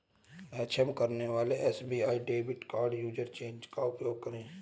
अक्षम करने वाले SBI debit card usage change का उपयोग करें